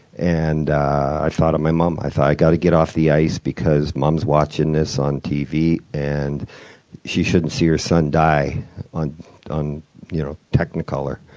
and i thought of my mom. i thought, i gotta get off the ice because mom's watching this on tv and she shouldn't see her son die on on you know technicolor.